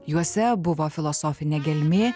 juose buvo filosofinė gelmė